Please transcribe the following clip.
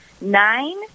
nine